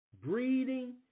breathing